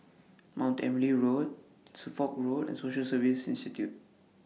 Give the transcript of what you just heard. Mount Emily Road Suffolk Road and Social Service Institute